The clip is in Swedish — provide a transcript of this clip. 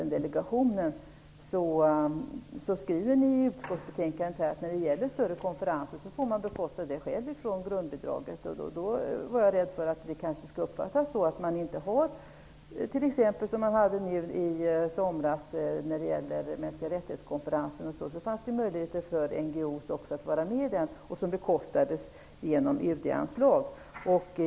Ni skriver i utskottsbetänkandet att man får bekosta större konferenser själv från grundbidraget. Jag var rädd för att det kanske skulle uppfattas som att man inte har de möjligheter som man hade i somras vid konferensen för mänskliga rättigheter. Den fanns det möjligheter för NGO:s att vara med i, eftersom deltagandet bekostades genom UD-anslag.